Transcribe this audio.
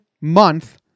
month